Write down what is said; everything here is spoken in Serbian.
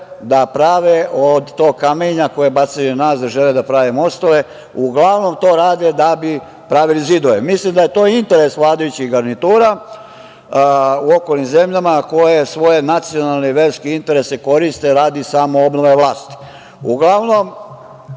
da prave od tog kamenja koje bacaju na nas, da žele da prave mostove. Uglavnom to rade da bi pravili zidove. Mislim da je to interes vladajućih garnitura u okolnim zemljama koje svoje nacionalne i verske interese koriste radi samoobnove vlasti. Uglavnom,